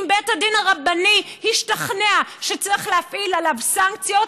אם בית הדין הרבני השתכנע שצריך להפעיל עליו סנקציות,